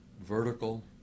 vertical